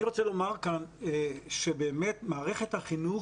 אני רוצה לומר כאן שבאמת מערכת החינוך